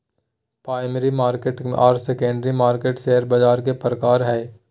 primary market आर secondary market share बाज़ार के प्रकार हइ